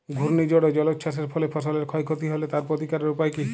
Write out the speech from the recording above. ঘূর্ণিঝড় ও জলোচ্ছ্বাস এর ফলে ফসলের ক্ষয় ক্ষতি হলে তার প্রতিকারের উপায় কী?